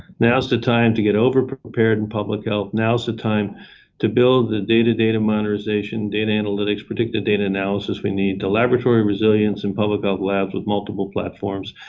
now is the time to get overprepared in public health. now is the time to build the data, data modernization, data analytics, particularly data analysis we need, the laboratory resilience and public health labs with multiple platforms,